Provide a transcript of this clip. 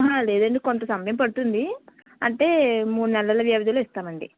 లేదండి కొంత సమయం పడుతుంది అంటే మూడు నెలల వ్యవధిలో ఇస్తామండి